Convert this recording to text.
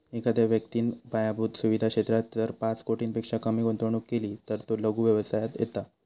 एखाद्या व्यक्तिन पायाभुत सुवीधा क्षेत्रात जर पाच कोटींपेक्षा कमी गुंतवणूक केली तर तो लघु व्यवसायात येता